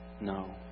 No